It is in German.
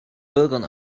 bürgern